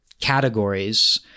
categories